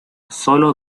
sólo